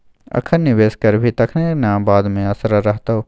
अखन निवेश करभी तखने न बाद मे असरा रहतौ